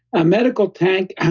a medical tank, and